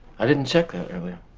i didn't check that earlier.